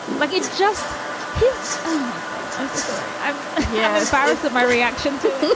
like it just his. oh, my god. i'm so sorry. i'm yeah embarrassed of my reaction to